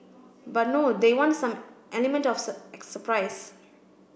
but no they want some element of surprise